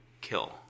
kill